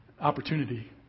Opportunity